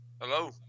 Hello